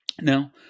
Now